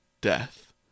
death